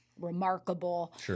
remarkable